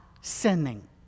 sinning